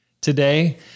Today